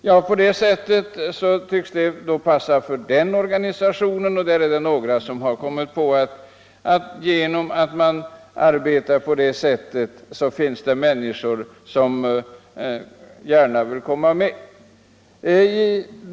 Det arbetssättet passar då för den organisationen; och genom att arbeta på sitt sätt når man människor som gärna vill komma med.